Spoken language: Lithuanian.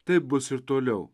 taip bus ir toliau